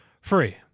free